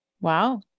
wow